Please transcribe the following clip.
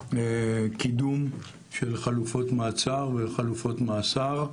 קידום של חלופות מעצר וחלופות מאסר,